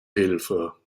hilfe